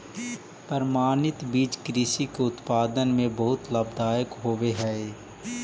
प्रमाणित बीज कृषि के उत्पादन में बहुत लाभदायक होवे हई